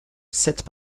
sept